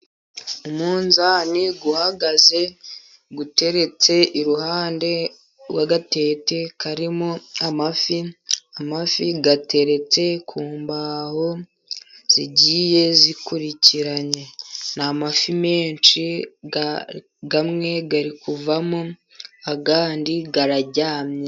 Umunzani uhagaze, uteretse iruhande rw'agatete karimo amafi, amafi ateretse ku mbaho zigiye zikurikiranye. Ni amafi menshi, amwe ari kuvamo andi araryamye.